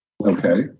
Okay